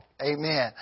Amen